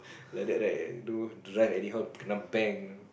like that right don't drive anyhow kenna bang you know